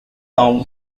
term